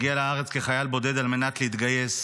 הגיע לארץ כחייל בודד על מנת להתגייס,